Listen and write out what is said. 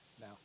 now